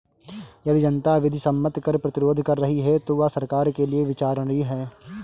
यदि जनता विधि सम्मत कर प्रतिरोध कर रही है तो वह सरकार के लिये विचारणीय है